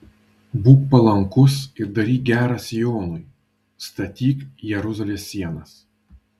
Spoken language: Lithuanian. būk palankus ir daryk gera sionui statyk jeruzalės sienas